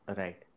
right